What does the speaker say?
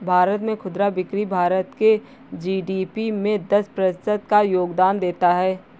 भारत में खुदरा बिक्री भारत के जी.डी.पी में दस प्रतिशत का योगदान देता है